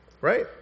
Right